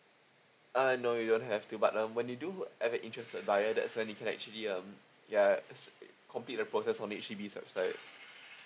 uh no you don't have to but um when you do have a interested buyer that's when you can actually um ya complete the process on H_D_B website